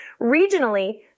Regionally